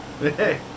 hey